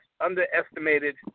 underestimated